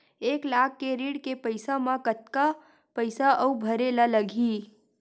एक लाख के ऋण के पईसा म कतका पईसा आऊ भरे ला लगही?